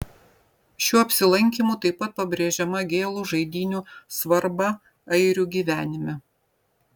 šiuo apsilankymu taip pat pabrėžiama gėlų žaidynių svarba airių gyvenime